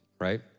right